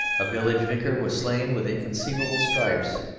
a village vicar was slain with inconceivable stripes,